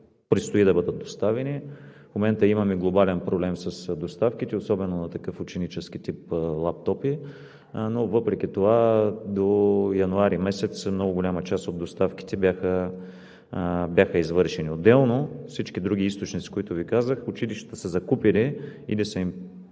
предстои да бъдат доставени. В момента имаме глобален проблем с доставките, особено на такъв ученически тип лаптопи, но въпреки това до месец януари много голяма част от доставките бяха извършени. Отделно, всички други източници, за които Ви казах, училищата са закупили или сме им